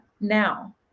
now